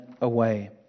away